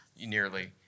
nearly